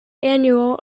annual